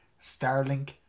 Starlink